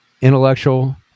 intellectual